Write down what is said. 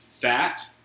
fat